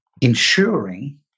ensuring